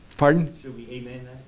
Pardon